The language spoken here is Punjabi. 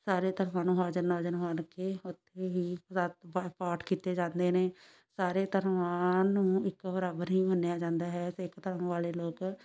ਸਾਰੇ ਧਰਮਾਂ ਨੂੰ ਹਾਜ਼ਰ ਨਾਜ਼ਰ ਮੰਨ ਕੇ ਉੱਥੇ ਹੀ ਰਾਤ ਪਾਠ ਪਾਠ ਕੀਤੇ ਜਾਂਦੇ ਨੇ ਸਾਰੇ ਧਰਮਾਂ ਨੂੰ ਇੱਕੋ ਬਰਾਬਰ ਹੀ ਮੰਨਿਆ ਜਾਂਦਾ ਹੈ ਸਿੱਖ ਧਰਮ ਵਾਲੇ ਲੋਕ